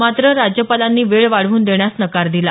मात्र राज्यपालांनी वेळ वाढवून देण्यास नकार दिला